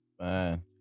man